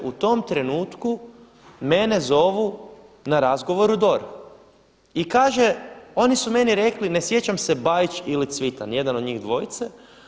U tom trenutku mene zovu na razgovor u DORH i kaže oni su meni rekli ne sjećam se Bajić ili Cvitan, jedan od njih dvojice.